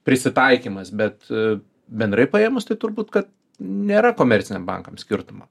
prisitaikymas bet bendrai paėmus tai turbūt kad nėra komerciniam bankam skirtumo